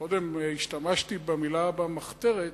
קודם השתמשתי במלה "במחתרת",